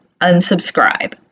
unsubscribe